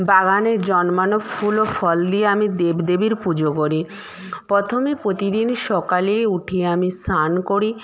বাগানে জন্মানো ফুল ও ফল দিয়ে আমি দেবদেবীর পুজো করি প্রথমে প্রতিদিনই সকালে উঠে আমি স্নান করি